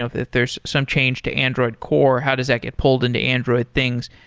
ah that there's some change to android core, how does that get pulled into android things?